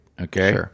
okay